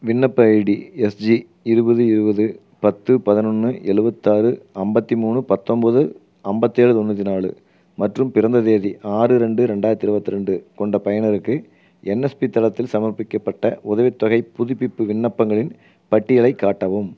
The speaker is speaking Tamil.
விண்ணப்ப ஐடி எஸ்ஜி இருவது இருவது பத்து பதினொன்று எழுவத்தாறு ஐம்பத்தி மூணு பத்தொன்போது ஐம்பத்தேழு தொண்ணூற்றி நாலு மற்றும் பிறந்த தேதி ஆறு ரெண்டு ரெண்டாயிரத்தி இருவத்திரெண்டு கொண்ட பயனருக்கு என்எஸ்பி தளத்தில் சமர்ப்பிக்கப்பட்ட உதவித்தொகைப் புதுப்பிப்பு விண்ணப்பங்களின் பட்டியலைக் காட்டவும்